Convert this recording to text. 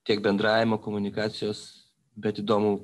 tiek bendravimo komunikacijos bet įdomu